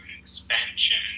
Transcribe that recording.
expansion